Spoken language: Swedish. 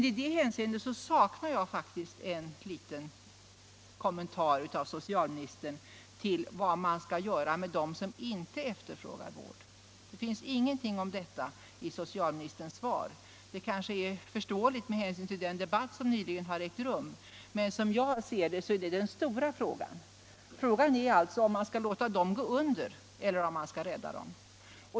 I det hänseendet saknar jag faktiskt en liten kommentar av socialministern om vad man skall göra med dem som inte efterfrågar vård. Det finns ingenting om detta i svaret. Det kanske är förståeligt med hänsyn till den debatt som nyligen har ägt rum, men som jag ser det är den stora frågan om man skall låta dem gå under eller om man skall rädda dem.